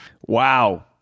Wow